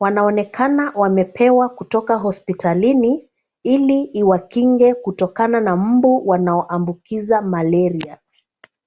Wanaonekana wamepewa kutoka hospitalini ili iwakinge kutokana na mmbu wanaoambukiza malaria.